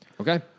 Okay